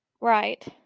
Right